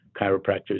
chiropractors